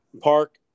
Park